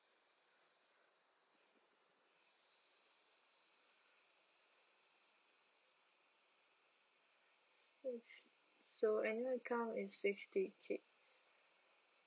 yes so annual income is sixty K